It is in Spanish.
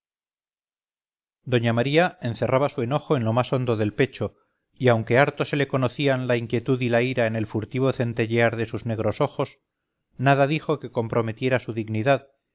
doña maría encerraba su enojo en lo más hondo del pecho y aunque harto se le conocían la inquietud y la ira en el furtivo centellear de sus negros ojos nada dijo que comprometiera su dignidad